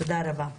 תודה רבה.